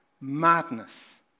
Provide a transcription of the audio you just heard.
madness